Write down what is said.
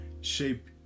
shape